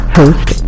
host